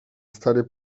stary